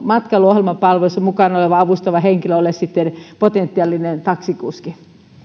matkailuohjelmapalveluissa mukana oleva avustava henkilö ole sitten potentiaalinen taksikuski